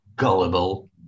gullible